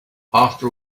after